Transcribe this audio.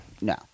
No